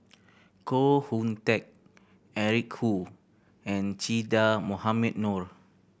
Koh Hoon Teck Eric Khoo and Che Dah Mohamed Noor